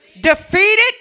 defeated